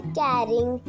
caring